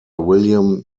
william